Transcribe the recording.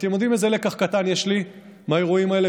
ואתם יודעים איזה לקח קטן יש לי מהאירועים האלה?